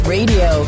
Radio